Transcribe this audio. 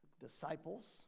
Disciples